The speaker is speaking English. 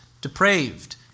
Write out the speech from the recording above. depraved